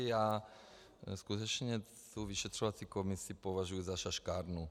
Já skutečně tu vyšetřovací komisi považuju za šaškárnu.